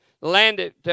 landed